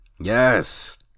Yes